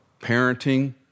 parenting